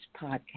podcast